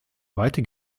weite